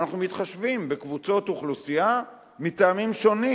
אנחנו מתחשבים בקבוצות אוכלוסייה מטעמים שונים.